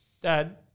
Dad